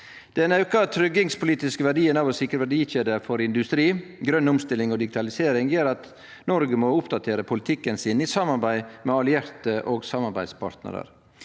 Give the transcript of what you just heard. Den auka tryggingspolitiske verdien av å sikre verdikjeder for industri, grøn omstilling og digitalisering gjer at Noreg må oppdatere politikken sin i samarbeid med allierte og samarbeidspartnarar.